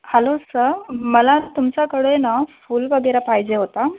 hello सं मला तुमच्याकडे ना फूल वगैरे पाहिजे होता